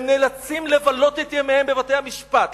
הם נאלצים לבלות את ימיהם בבתי-המשפט,